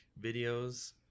videos